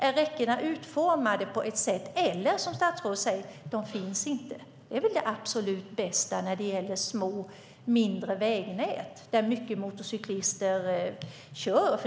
Om räckena är utformade på ett säkrare sätt eller att de inte alls finns är väl det bästa när det gäller småvägar, där många motorcyklister kör.